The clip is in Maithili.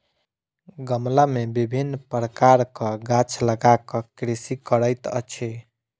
गमला मे विभिन्न प्रकारक गाछ लगा क कृषि करैत अछि